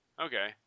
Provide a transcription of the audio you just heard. okay